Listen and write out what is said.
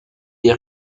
les